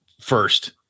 first